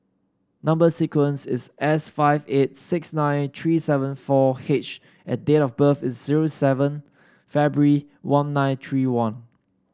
number sequence is S five eight six nine three seven four H and date of birth is zero seven February one nine three one